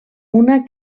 una